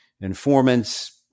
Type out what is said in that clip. informants